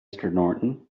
norton